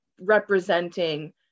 representing